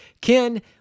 Ken